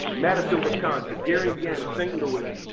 madison wisconsin, gary indiana, st. louis.